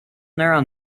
neural